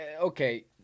okay